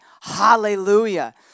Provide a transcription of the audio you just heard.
Hallelujah